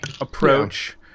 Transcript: approach